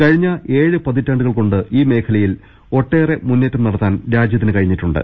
കഴിഞ്ഞ എഴ് പതിറ്റാണ്ടുകൾകൊണ്ട് ഈ മേഖ ലകളിൽ ഒട്ടേറെ മുന്നേറ്റം നടത്താൻ രാജ്യത്തിന് കഴിഞ്ഞിട്ടുണ്ട്